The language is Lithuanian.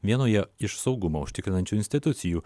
vienoje iš saugumą užtikrinančių institucijų